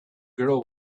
girl